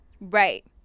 right